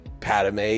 Padme